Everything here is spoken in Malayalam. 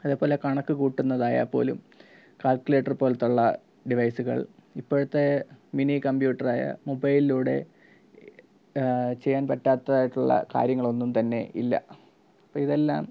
അതേപോലെ കണക്കു കൂട്ടുന്നതായ പോലും കാൽക്കുലേറ്റർ പോലത്തുള്ള ഡിവൈസുകൾ ഇപ്പോഴത്തെ മിനി കമ്പ്യൂട്ടറായ മൊബൈലിലൂടെ ചെയ്യാൻ പറ്റാത്തതായിട്ടുള്ള കാര്യങ്ങളൊന്നും തന്നെ ഇല്ല അപ്പം ഇതെല്ലാം